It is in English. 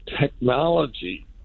technology –